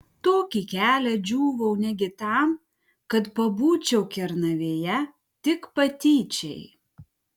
tokį kelią džiūvau negi tam kad pabūčiau kernavėje tik patyčiai